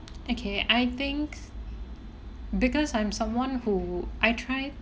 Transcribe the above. okay I think because I'm someone who I try